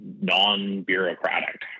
non-bureaucratic